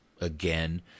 again